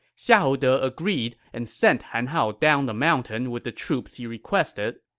xiahou de agreed and sent han hao down the mountain with the troops he requested.